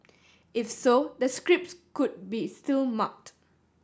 if so the scripts could be still marked